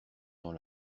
dans